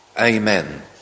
Amen